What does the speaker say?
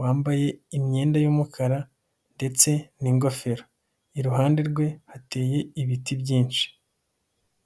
wambaye imyenda y'umukara ndetse n'ingofero. Iruhande rwe hateye ibiti byinshi.